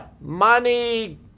Money